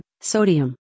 sodium